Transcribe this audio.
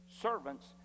servants